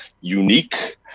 unique